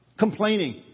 Complaining